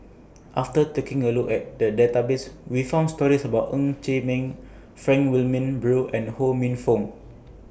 after taking A Look At The Database We found stories about Ng Chee Meng Frank Wilmin Brewer and Ho Minfong